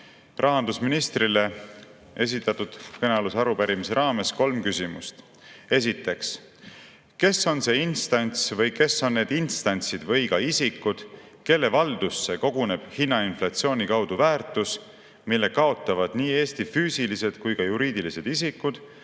rahandusministrile esitatud kõnealuse arupärimise raames kolm küsimust. Esiteks: kes on see instants või kes on need instantsid või ka isikud, kelle valdusse koguneb hinnainflatsiooni kaudu väärtus, mille kaotavad nii Eesti füüsilised kui ka juriidilised isikud